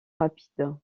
rapide